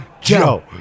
Joe